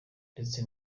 ndetse